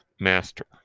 master